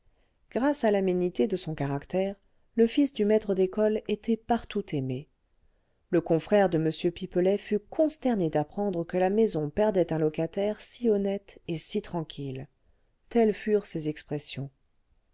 grâce à l'aménité de son caractère le fils du maître d'école était partout aimé le confrère de m pipelet fut consterné d'apprendre que la maison perdait un locataire si honnête et si tranquille telles furent ses expressions